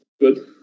Good